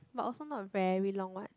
but also not a very long one